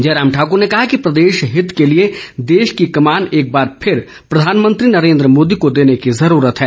जयराम ठाक्र ने कहा कि प्रदेश हित के लिए देश की कमान एक बार फिर प्रधानमंत्री नरेन्द्र मोदी को देने की जरूरत है